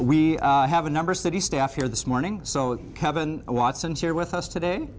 we have a number city staff here this morning so kevin watson is here with us today